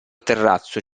terrazzo